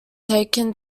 taken